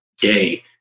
day